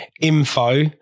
Info